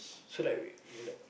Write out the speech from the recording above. so like we I mean like